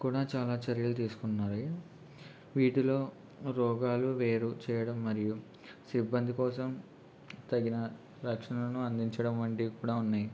కూడా చాలా చర్యలు తీసుకున్నారు వీటిలో రోగాలు వేరు చేయడం మరియు సిబ్బంది కోసం తగిన రక్షణను అందించడం వంటివి కూడా ఉన్నాయి